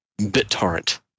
BitTorrent